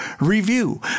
review